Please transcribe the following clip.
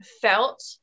felt